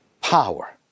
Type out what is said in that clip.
power